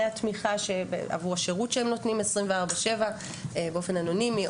התמיכה עבור השירות שהם נותנים 24/7 באופן אנונימי,